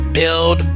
build